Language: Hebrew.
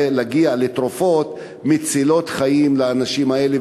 ולהגיע לתרופות מצילות חיים לאנשים כאלה,